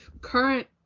current